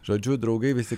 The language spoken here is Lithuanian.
žodžiu draugai visi